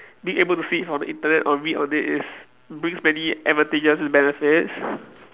being able to see it from the Internet or read on it is brings many advantages and benefits